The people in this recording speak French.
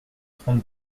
trente